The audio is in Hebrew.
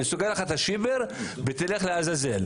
אני סוגרת לך את השיבר ותלך לעזאזל.